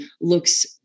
looks